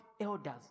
elders